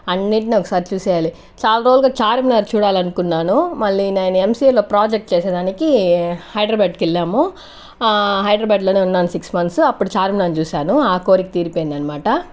అన్నిటిని ఒకసారి చూసేయాలి చాలా రోజులుగా చార్మీనార్ చూడాలనుకున్నాను మళ్ళీ నేను ఎంసిఏలో ప్రాజెక్ట్ చేసేదానికి హైడ్రాబ్యాడ్కి వెళ్ళాము హైడ్రాబ్యాడ్లోనే ఉన్నాను సిక్స్ మంత్స్ అప్పుడు చార్మీనార్ని చూసాను ఆ కోరిక తీరిపోయిందనమాట